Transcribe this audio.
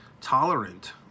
tolerant